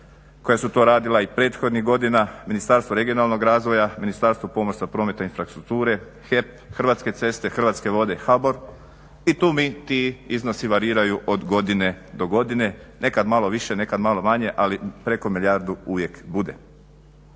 koja su to radila i prethodnih godina Ministarstvo regionalnog razvoja, Ministarstvo pomorstva, prometa i infrastrukture, HEP, Hrvatske ceste, Hrvatske vode, HBOR i tu iznosi variraju od godine do godine, neka malo više, nekad malo manje ali preko milijardu uvijek bude.